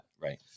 right